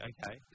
Okay